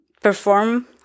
perform